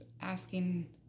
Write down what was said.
asking